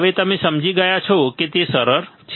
હવે તમે સમજી ગયા છો કે તે સરળ છે